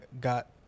got